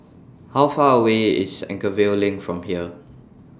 How Far away IS Anchorvale LINK from here